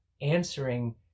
answering